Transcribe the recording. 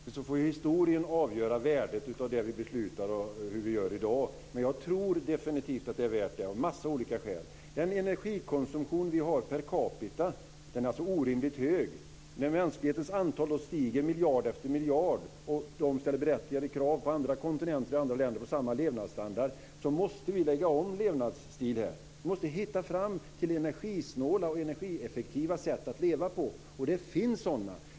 Fru talman! Ska jag vara uppriktig får historien avgöra värdet av det vi beslutar och gör i dag. Men jag tror definitivt att det är värt det av en massa olika skäl. Den energikonsumtion vi har per capita är orimligt hög. När antalet människor stiger miljard efter miljard och när de på andra kontinenter och i andra länder ställer berättigade krav på samma levnadsstandard, måste vi lägga om livsstil här. Vi måste hitta fram till energisnåla och energieffektiva sätt att leva på. Det finns sådana.